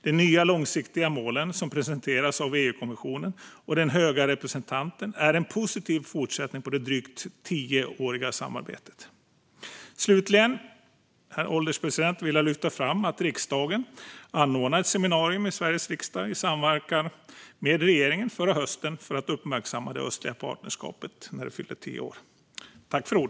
De nya långsiktiga målen, som presenteras av EU-kommissionen och den höge representanten, är en positiv fortsättning på det drygt tioåriga samarbetet. Slutligen, herr ålderspresident, vill jag lyfta fram att riksdagen förra hösten, i samverkan med regeringen, anordnade ett seminarium i Sveriges riksdag för att uppmärksamma att det östliga partnerskapet fyllde tio år.